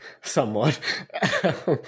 Somewhat